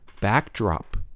backdrop